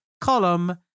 Column